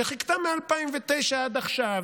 שחיכתה מ-2009 עד עכשיו,